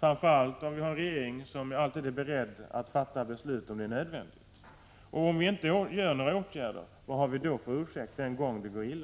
framför allt om vi har en regering som alltid är beredd att fatta beslut om det är nödvändigt? Om vi inte vidtar några åtgärder, vad har vi då för ursäkt den gången det går illa?